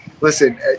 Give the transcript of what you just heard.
listen